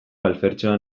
alfertxoa